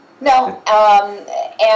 No